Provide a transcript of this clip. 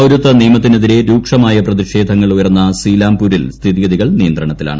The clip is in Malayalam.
പൌരത്വ നിയമത്തിനെതിരെ രൂക്ഷമായ പ്രതിഷേധങ്ങൾ ഉയർന്ന സീലാംപൂരിൽ സ്ഥിതിഗതികൾ നിയന്ത്രണത്തിലാണ്